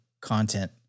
content